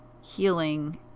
healing